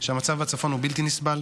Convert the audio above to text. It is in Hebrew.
שהמצב בצפון הוא בלתי נסבל,